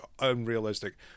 unrealistic